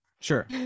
sure